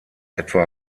etwa